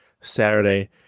saturday